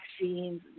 vaccines